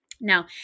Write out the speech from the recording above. Now